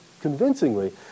convincingly